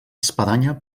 espadanya